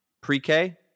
pre-K